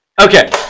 okay